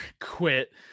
quit